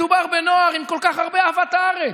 מדובר בנוער עם כל כך הרבה אהבת הארץ,